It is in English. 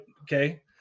okay